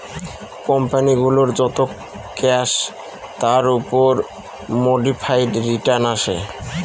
company গুলোর যত cash তার উপর মোডিফাইড রিটার্ন আসে